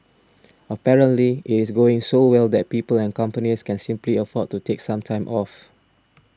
apparently it is going so well that people and companies can simply afford to take some time off